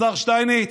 השר שטייניץ,